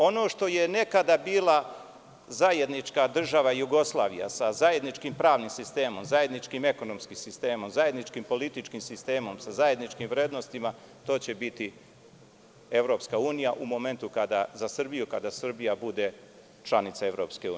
Ono što je nekada bila zajednička država Jugoslavija, sa zajedničkim pravnim sistemom, zajedničkim ekonomskim sistemom, zajedničkim političkim sistemom, sa zajedničkim vrednostima, to će biti EU za Srbiju u momentu kada Srbija bude članica EU.